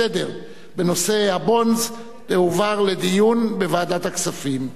להצעה לסדר-היום ולהעביר את הנושא לוועדת הכספים נתקבלה.